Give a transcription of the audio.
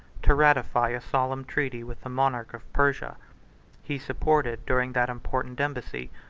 to ratify a solemn treaty with the monarch of persia he supported, during that important embassy,